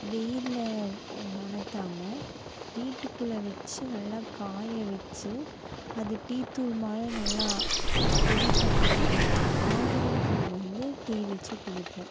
வெயிலில் உலத்தாம வீட்டுக்குள்ளே வச்சு நல்லா காய வச்சு அதை டீத்தூள்மாதிரி நல்லா பொடி பண்ணி ஆவாரம் பூ வந்து டீ வச்சு குடிப்போம்